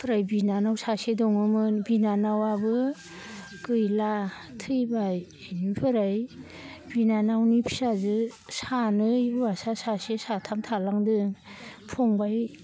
ओमफ्राय बिनानाव सासे दङमोन बिनानावाबो गैला थैबाय इनिफ्राय बिनानावनि फिजाजो सानै हुवासा सासे साथाम थालांदों फंबाइ